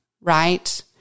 right